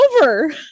over